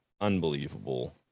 unbelievable